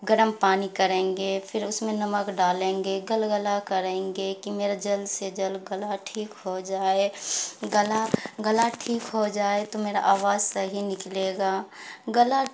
گرم پانی کریں گے پھر اس میں نمک ڈالیں گے گلگلا کریں گے کہ میرا جلد سے جلد گلا ٹھیک ہو جائے گلا گلا ٹھیک ہو جائے تو میرا آواز صحیح نکلے گا گلا